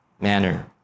manner